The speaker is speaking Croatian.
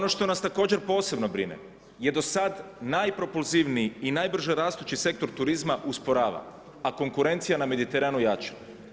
Ono što nas također posebno brine je do sad najpropulzivniji i najbrže rastući sektor turizma usporava, a konkurencija na Mediteranu jača.